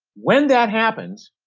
when that happens,